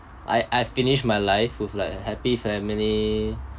I I finished my life with like happy family